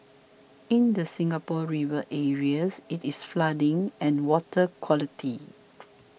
in the Singapore River areas it is flooding and water quality